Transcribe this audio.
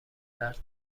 درد